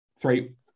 Three